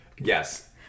yes